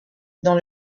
dans